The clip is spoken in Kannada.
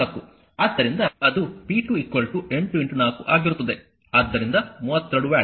ಆದ್ದರಿಂದ ಅದು p2 8 4 ಆಗಿರುತ್ತದೆ ಆದ್ದರಿಂದ 32 ವ್ಯಾಟ್